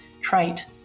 trait